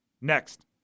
Next